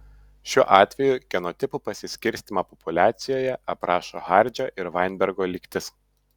šiuo atveju genotipų pasiskirstymą populiacijoje aprašo hardžio ir vainbergo lygtis